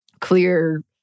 clear